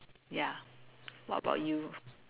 ya what about you